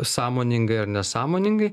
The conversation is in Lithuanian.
sąmoningai ar nesąmoningai